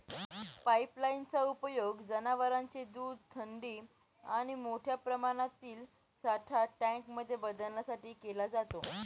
pipeline चा उपयोग जनवरांचे दूध थंडी आणि मोठ्या प्रमाणातील साठा टँक मध्ये बदलण्यासाठी केला जातो